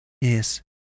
Yes